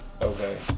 Okay